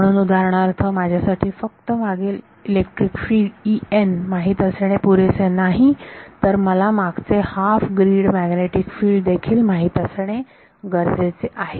म्हणून उदाहरणार्थ माझ्यासाठी फक्त मागील इलेक्ट्रिक फील्ड माहीत असणे पुरेसे नाही तर मला मागचे हाफ ग्रीड मॅग्नेटिक फिल्ड देखील माहित असणे गरजेचे आहे